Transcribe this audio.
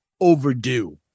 Overdue